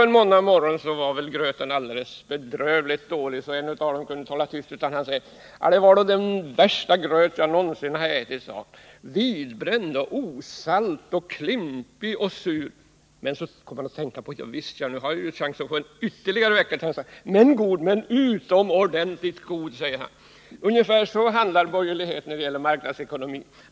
En måndagsmorgon var gröten väl bedrövligt dålig, så en av dem kunde inte hålla tyst utan han sade: ”Det var då den värsta gröt jag någonsin har ätit, vidbränd och osalt och klimpig och sur!” Men så kom han att tänka på att ”javisst ja, nu riskerar jag ju att få laga mat hela veckan”, så han fortsatte: ”Men god, utomordentligt god!” Ungefär så handlar borgerligheten när det gäller marknadsekonomin.